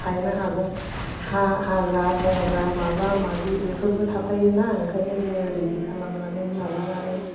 हायनो हागौ हाग्रा बंग्रा माबा माबि बेफोरबो थाफायो ना ओंखायनो जोङो रेडि खालामनानै माबानानै